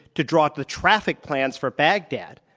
to draw up the traffic plans for baghdad,